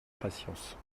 patience